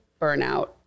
burnout